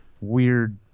weird